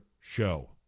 show